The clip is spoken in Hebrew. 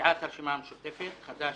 לסיעת הרשימה המשותפת (חד"ש,